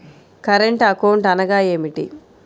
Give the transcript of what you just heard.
Current account అనగా ఏమిటి?